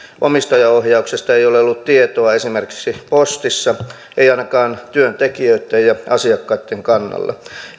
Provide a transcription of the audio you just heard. omistajaohjauksesta ei ole ollut tietoa esimerkiksi postissa ei ainakaan työntekijöitten ja asiakkaitten kannalta